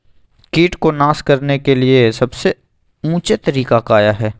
किट को नास करने के लिए सबसे ऊंचे तरीका काया है?